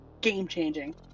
game-changing